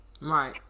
right